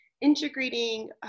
integrating